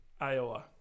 Iowa